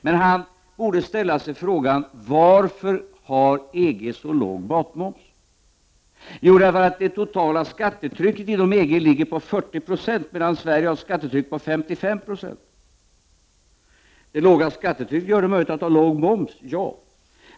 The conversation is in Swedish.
Men Lars Werner borde fråga sig varför matmomsen är så låg inom EG. Jo, den är låg därför att det totala skattetrycket inom EG ligger på 40 96, medan Sverige har ett skattetryck på 55 20. Det låga skattetrycket gör det möjligt att ha en låg moms.